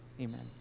Amen